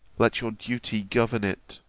let your duty govern it.